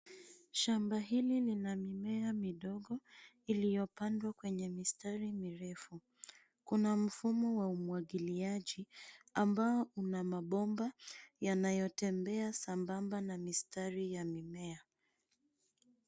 Shamba hili lina mimea midogo iliyopandwa kwenye mistari mirefu. Kuna mfumo wa umwagiliaji, ambao una mabomba yanayotembea sambamba na mistari ya mimea.